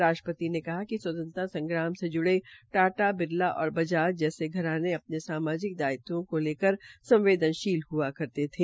राष्ट्रपति ने कहा कि स्वतंत्रता संग्राम से जुड़े टाटा बिरला और बजाज जैसे व्यापारिक घराने अपने सामाजिक दायित्वों को ले कर संवदेनशील हआ करते थे